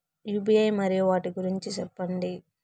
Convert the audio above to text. UPI మరియు వాటి గురించి సెప్పండి?